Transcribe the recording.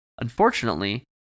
Unfortunately